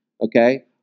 okay